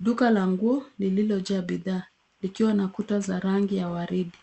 Duka la nguo, lililojaa bidhaa, likiwa na kuta za rangi ya waridi.